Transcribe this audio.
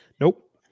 Nope